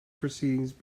proceedings